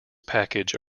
package